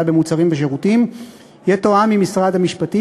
במוצרים ושירותים יתואם עם משרד המשפטים,